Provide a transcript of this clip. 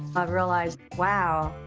i've realized, wow.